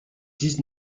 dix